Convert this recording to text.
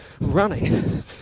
running